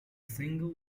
single